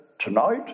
tonight